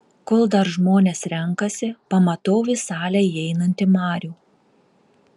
kol dar žmonės renkasi pamatau į salę įeinantį marių